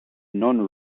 non